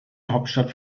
hauptstadt